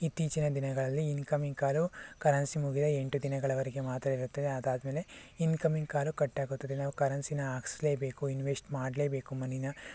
ಇತ್ತೀಚಿನ ದಿನಗಳಲ್ಲಿ incoming call currency ಮುಗಿದ ಎಂಟು ದಿನಗಳವರೆಗೆ ಮಾತ್ರ ಇರುತ್ತದೆ ಅದಾದ್ಮೇಲೆ ಇನ್ಕಮಿಂಗ್ ಕಾಲು ಕಟ್ ಆಗುತ್ತದೆ ನಾವು ಕರೆನ್ಸಿನ ಹಾಕ್ಸ್ಲೇಬೇಕು ಇನ್ವೆಸ್ಟ್ ಮಾಡಲೇಬೇಕು ಮನಿನ